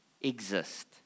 exist